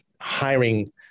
hiring